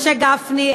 משה גפני,